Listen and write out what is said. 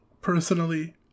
personally